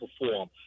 perform